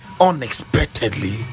unexpectedly